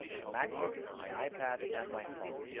my macbook, my ipad, and my phone.